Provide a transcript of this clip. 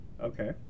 Okay